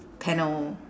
panel